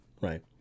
right